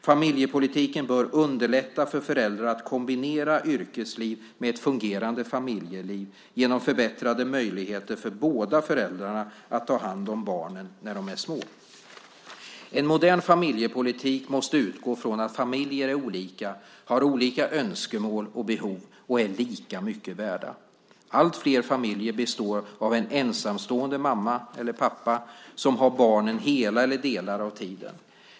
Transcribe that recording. Familjepolitiken bör underlätta för föräldrar att kombinera yrkesliv med ett fungerande familjeliv genom förbättrade möjligheter för båda föräldrarna att ta hand om barnen när de är små. En modern familjepolitik måste utgå från att familjer är olika, har olika önskemål och behov, och är lika mycket värda. Alltfler familjer består av en ensamstående mamma eller pappa, som har barnen hela eller delar av tiden.